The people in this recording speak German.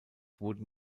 wurden